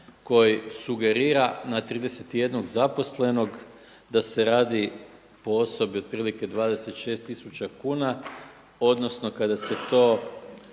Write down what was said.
koji sugerira na 31 zaposlenog da se radi po osobi otprilike 26000 kuna, odnosno kada se to